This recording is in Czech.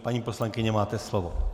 Paní poslankyně, máte slovo.